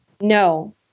No